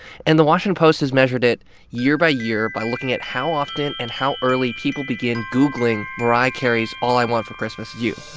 and the washington post has measured it year by year by looking at how often and how early people begin googling mariah carey's all i want for christmas is you.